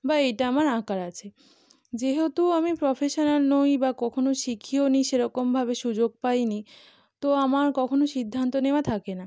বা এটা আমার আঁকার আছে যেহেতু আমি প্রফেশনাল নই বা কখনো শিখিওনি সেরকমভাবে সুযোগ পাইনি তো আমার কখনো সিদ্ধান্ত নেওয়া থাকে না